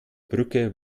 brücke